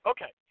Okay